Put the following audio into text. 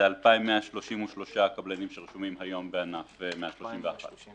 זה 2,133 קבלנים שרשומים היום בענף 131,